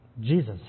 Jesus